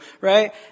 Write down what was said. right